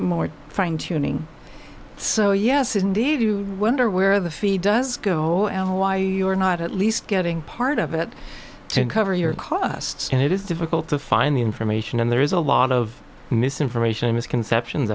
more fine tuning so yes indeed you wonder where the fee does go and why you are not at least getting part of it to cover your costs and it is difficult to find the information and there is a lot of misinformation misconceptions